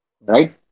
right